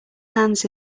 hands